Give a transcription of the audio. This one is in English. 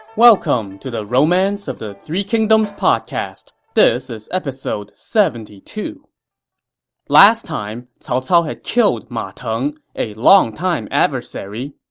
welcome to the romance of the three kingdoms podcast. this is episode seventy two point last time, cao cao had killed ma teng, a longtime adversary.